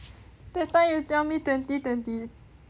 that time you tell me twenty twenty